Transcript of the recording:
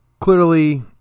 clearly